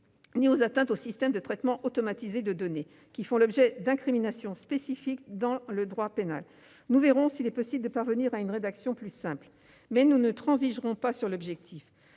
la vie privée et aux systèmes de traitement automatisé de données, qui font l'objet d'incriminations spécifiques dans le code pénal. Nous verrons s'il est possible de parvenir à une rédaction plus simple, mais nous ne transigerons pas sur l'objectif.